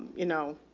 you know,